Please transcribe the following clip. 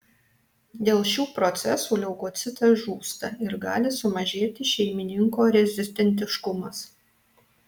dėl šių procesų leukocitas žūsta ir gali sumažėti šeimininko rezistentiškumas